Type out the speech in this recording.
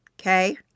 okay